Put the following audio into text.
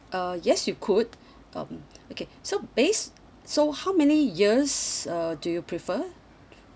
uh yes you could um okay so base so how many years uh do you prefer